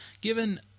given